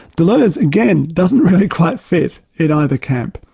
deleuze again doesn't really quite fit in either camp.